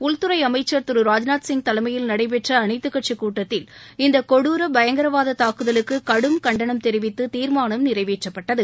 உள்துறை அமைச்சர் திரு ராஜ்நாத் சிங் தலைமையில் நடைபெற்ற அனைத்துக் கட்சிக் கூட்டத்தில் இந்த கொடுர பயங்கரவாதத் தாக்குதலுக்கு கடும் கண்டனம் தெரிவித்து தீர்மானம் நிறைவேற்றப்பட்டது